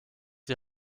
die